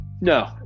No